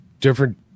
different